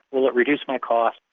will it reduce my costs,